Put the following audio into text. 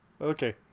Okay